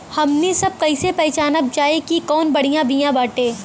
हमनी सभ कईसे पहचानब जाइब की कवन बिया बढ़ियां बाटे?